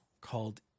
called